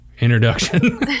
introduction